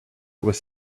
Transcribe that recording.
was